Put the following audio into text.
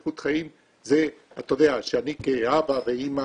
איכות חיים זה שאני כאבא ואמא